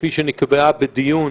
כפי שנקבעה בדיון